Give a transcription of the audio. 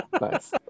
Nice